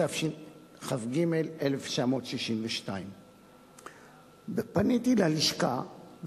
התשכ"ג 1962. פניתי ללשכת עורכי-הדין